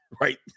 right